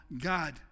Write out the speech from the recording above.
God